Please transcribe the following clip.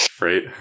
Right